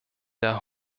der